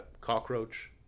cockroach